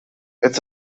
its